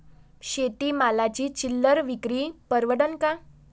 शेती मालाची चिल्लर विक्री परवडन का?